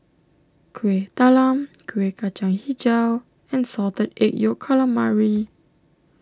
Kuih Talam Kueh Kacang HiJau and Salted Egg Yolk Calamari